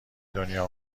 دنیا